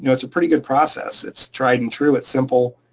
you know it's a pretty good process. it's tried and true. it's simple.